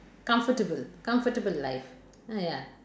comfortable comfortable life uh ya